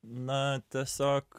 na tiesiog